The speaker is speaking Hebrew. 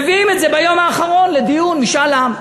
מביאים את זה ביום האחרון לדיון, משאל עם.